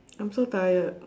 I'm so tired